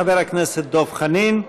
חבר הכנסת דב חנין.